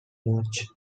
much